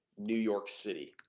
new york city,